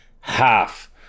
half